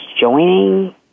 joining